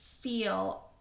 feel